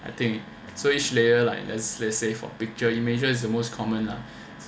I think so each layer like let's say for picture images is the most common lah